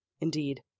Indeed